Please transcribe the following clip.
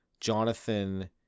Jonathan